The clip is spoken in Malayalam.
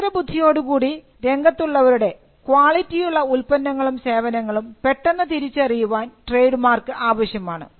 മത്സരബുദ്ധിയോടെ കൂടി രംഗത്തുള്ളവരുടെ ക്വാളിറ്റിയുള്ള ഉല്പന്നങ്ങളും സേവനങ്ങളും പെട്ടെന്ന് തിരിച്ചറിയുവാൻ ട്രേഡ് മാർക്ക് ആവശ്യമാണ്